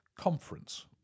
conference